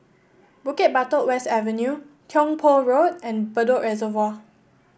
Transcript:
Bukit Batok West Avenue Tiong Poh Road and Bedok Reservoir